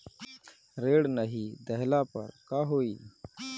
ऋण नही दहला पर का होइ?